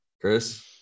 Chris